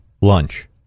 lunch